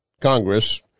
Congress